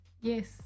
Yes